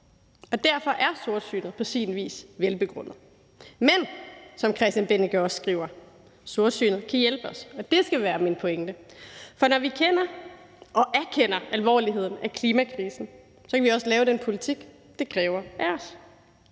og derfor er sortsynet på sin vis velbegrundet. Men, som Christian Bennike også skriver: Sortsynet kan hjælpe os. Og det skal være min pointe. For når vi kender og erkender alvorligheden af klimakrisen, kan vi også lave den politik, det kræver af os.